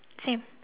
same